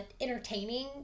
entertaining